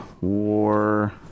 War